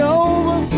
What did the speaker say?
over